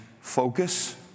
focus